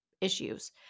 issues